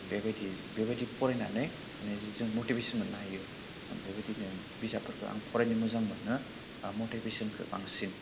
बेबायदि फरायनानै माने जों मटिभेसन मोननो हायो बेबायदिनो बिजाबफोरखौ आं फरायनो मोजां मोनो मटिभेसनखौ बांसिन